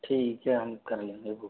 ठीक है हम कर लेंगे